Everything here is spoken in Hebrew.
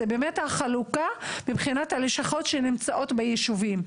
החלוקה מבחינת הלשכות שנמצאות ביישובים.